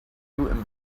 you